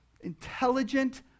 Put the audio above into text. intelligent